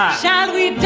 shall we?